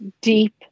deep